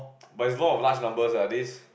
but is vote for last number lah this